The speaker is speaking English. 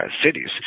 cities